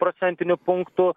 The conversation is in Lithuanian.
procentiniu punktu